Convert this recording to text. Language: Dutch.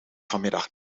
vanmiddag